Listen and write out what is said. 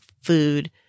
food